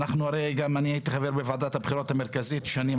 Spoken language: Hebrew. הרי אני גם הייתי חבר בוועדת הבחירות המרכזית שנים